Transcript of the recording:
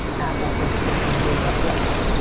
apple, facebook, google, netflix.